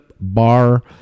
Bar